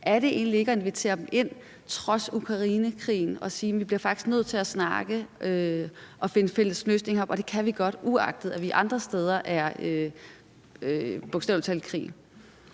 Er det egentlig ikke ved at invitere dem ind trods Ukrainekrigen og konstatere, at vi faktisk bliver nødt til at snakke og findes fælles løsninger, og det kan vi godt, uagtet at vi andre steder bogstavelig talt er